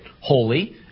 holy